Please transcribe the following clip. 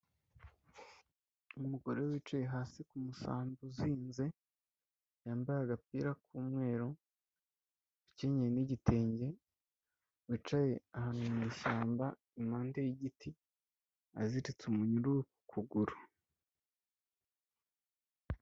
Umugore wicaye hasi ku musambi uzinze yambaye agapira k'umweru, ukinnye n'igitenge, wicaye ahantu mu ishyamba impande y'igiti, aziritse umunyururu ku kuguru.